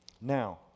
Now